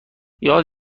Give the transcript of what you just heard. یاد